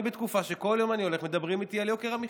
אני בתקופה שכל יום אני הולך ומדברים איתי על יוקר המחיה.